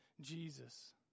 Jesus